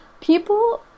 people